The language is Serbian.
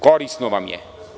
Korisno vam je.